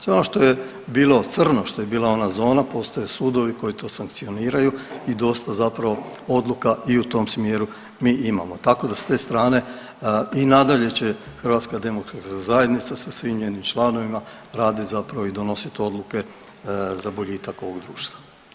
Sve ono to je bilo crno, što je bila ona zona, postoje sudovi koji to sankcioniraju i dosta zapravo odluka i u tom smjeru mi imamo tako da s te strane i nadalje će HDZ-a sa svim njenim članovima radit zapravo i donosit odluke za boljitak ovog društva.